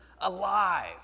alive